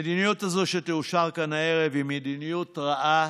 המדיניות הזאת שתאושר כאן הערב היא מדיניות רעה